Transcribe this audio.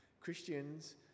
christians